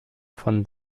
von